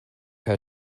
her